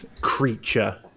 Creature